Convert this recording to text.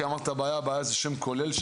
כי אמרת "הבעיה" הבעיה זה שם כולל.